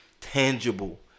tangible